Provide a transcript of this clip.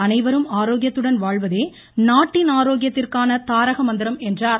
அனைவரும் ஆரோக்கியத்துடன் வாழ்வதே நாட்டின் ஆரோக்கியத்திற்கான தாரக மந்திரம் என்றார்